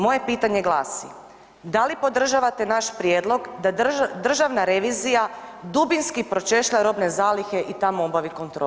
Moje pitanje glasi, da li podržavate naš prijedlog da državna revizija dubinski pročešlja robne zalihe i tamo obavi kontrolu.